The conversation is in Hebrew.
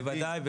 בוודאי,